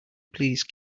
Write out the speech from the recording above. please